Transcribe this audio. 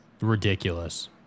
ridiculous